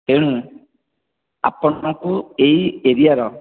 ତେଣୁ ଆପଣଙ୍କୁ ଏହି ଏରିଆର